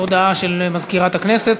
הודעה של מזכירת הכנסת.